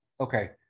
Okay